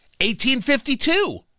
1852